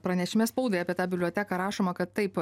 pranešime spaudai apie tą biblioteką rašoma kad taip